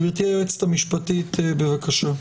גברתי היועצת המשפטית, בבקשה.